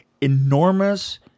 enormous